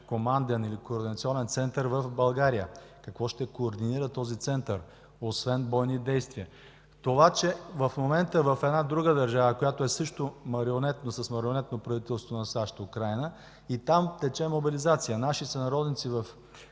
Команден или координационен център в България. Какво ще координира този център, освен бойни действия?! С това, че в момента в една друга държава, която също е с марионетно правителство на САЩ – Украйна, и там тече мобилизация. Наши сънародници в Одеска